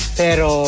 pero